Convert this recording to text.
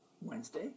Wednesday